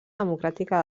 democràtica